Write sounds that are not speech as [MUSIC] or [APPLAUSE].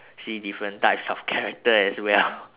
see different types of character as well [LAUGHS]